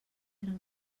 eren